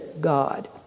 God